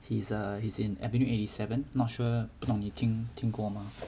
he's a he's in avenue eighty seven not sure 不懂你听听过吗